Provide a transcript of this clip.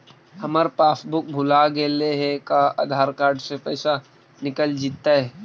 हमर पासबुक भुला गेले हे का आधार कार्ड से पैसा निकल जितै?